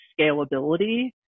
scalability